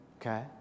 Okay